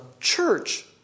church